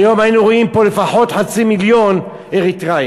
היום היינו רואים פה לפחות חצי מיליון אריתריאים,